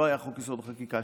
לא היה חוק-יסוד: החקיקה.